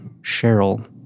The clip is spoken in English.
Cheryl